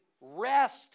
Rest